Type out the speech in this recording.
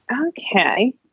Okay